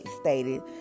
stated